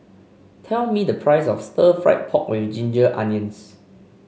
tell me the price of Stir Fried Pork with Ginger Onions